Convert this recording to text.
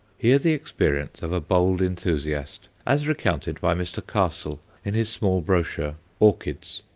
hear the experience of a bold enthusiast, as recounted by mr. castle in his small brochure, orchids.